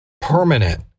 permanent